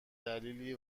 دلیلی